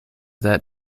that